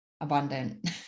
abundant